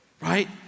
right